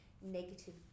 negative